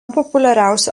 populiariausių